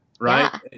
right